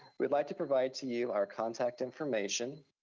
we'd like to provide to you our contact information.